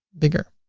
bigger.